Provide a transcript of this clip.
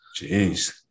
Jeez